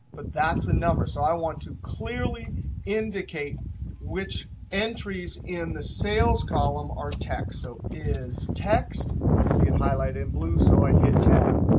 but that's a number. so i want to clearly indicate which entries in the sales column are text. so is text. i see it highlighted in blue, so i hit tab.